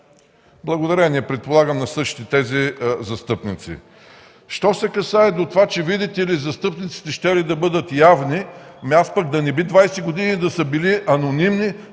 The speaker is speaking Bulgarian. Благодарение, предполагам, на същите тези застъпници. Що се отнася до това, че, видите ли, застъпниците щели да бъдат явни, да не би 20 години да са били анонимни,